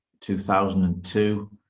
2002